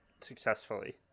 successfully